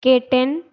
K ten